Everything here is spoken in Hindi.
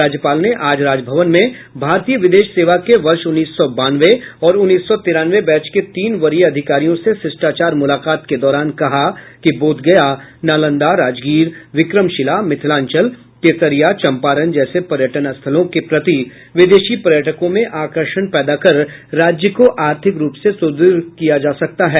राज्यपाल ने आज राजभवन में भारतीय विदेश सेवा के वर्ष उन्नीस सौ बानवे और उन्नीस सौ तिरानवे बैच के तीन वरीय अधिकारियों से शिष्टाचार मूलाकात के दौरान कहा कि बोधगया नालंदा राजगीर विक्रमशिला मिथिलांचल केसरिया चम्पारण जैसे पर्यटन स्थलों के प्रति विदेशी पर्यटकों में आकर्षण पैदा कर राज्य को आर्थिक रूप से सुद्रढ़ किया जा सकता है